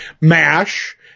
MASH